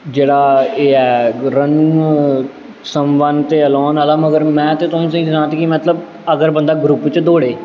जेह्ड़ा एह् ऐ रन समवन ते ऐलोन आह्ला मगर में ते तुसें गी सनांऽ ते कि मतलब अगर बंदा ग्रुप च दौड़ै